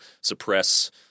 Suppress